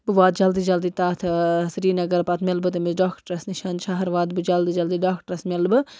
بہٕ واتہٕ جلدی جلدی تَتھ سریٖنگر پَتہٕ مِلہٕ بہٕ تٔمِس ڈاکٹرَس نِش شہر واتہٕ بہٕ جلدی جلدی ڈاکٹرَس مِلہٕ بہٕ